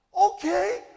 Okay